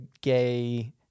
gay